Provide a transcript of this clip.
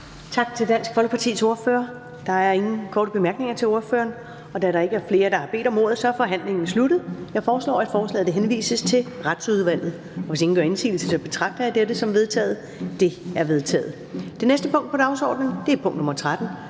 Tak til Dansk Folkepartis ordfører. Der er ingen korte bemærkninger til ordføreren. Da der ikke er flere, der har bedt om ordet, er forhandlingen sluttet. Jeg foreslår, at forslaget henvises til Retsudvalget. Hvis ingen gør indsigelse, betragter jeg dette som vedtaget. Det er vedtaget. --- Det næste punkt på dagsordenen er: 13) 1.